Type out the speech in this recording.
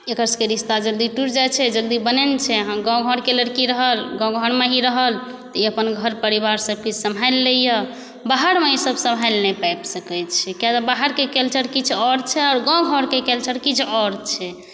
एकर सभके रिश्ता जल्दी टुटि जाइ छै जल्दी बनै नहि छै हँ गाम घरके लड़की रहल गाम घरमे ही रहल तऽ ई अपन घर परिवार सबके सम्हाइल लैए बाहरमे ई सब सम्हाइल नहि पाबि सकै छै किएक तऽ बाहरके कल्चर किछु आओर छै आओर गाम घरके कल्चर किछु आओर छै